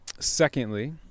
Secondly